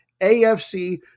AFC